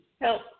help